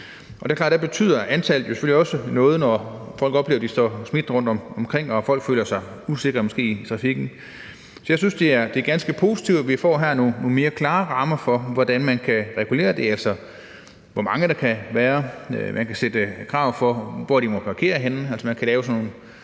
betyder noget, når folk oplever, at de er smidt rundtomkring og folk måske føler sig usikre i trafikken. Så jeg synes, det er ganske positivt, at vi her får nogle mere klare rammer for, hvordan man kan regulere det, altså hvor mange der kan være, og at man kan fastsætte krav om, hvor de må være parkeret henne – hvor man skal bruge